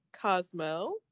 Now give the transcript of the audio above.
Cosmo